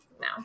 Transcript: now